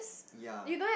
ya